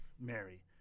Mary